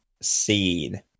scene